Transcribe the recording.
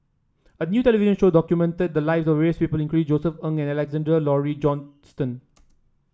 a new television show documented the lives of various people including Josef Ng and Alexander Laurie Johnston